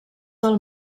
del